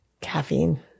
Caffeine